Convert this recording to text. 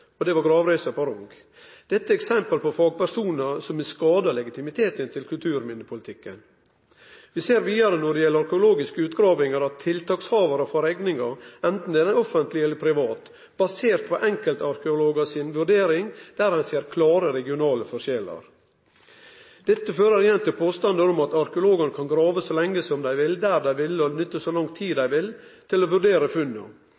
på Rong. Dette er eksempel på fagpersonar som har skada legitimiteten til kulturminnepolitikken. Vi ser vidare når det gjeld arkeologiske utgravingar, at tiltakshavarar får rekninga, anten det gjeld det offentlege eller det gjeld private, basert på enkeltarkeologar si vurdering, der ein ser klare regionale forskjellar. Dette fører igjen til påstandar om at arkeologane kan grave så lenge dei vil, og der dei vil, og nytte så lang tid dei vil til å vurdere funna.